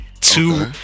two